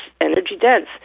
energy-dense